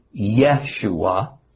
Yeshua